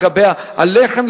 לגבי הלחם,